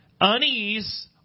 unease